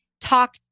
talk